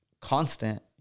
constant